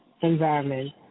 Environment